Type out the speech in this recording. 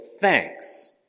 thanks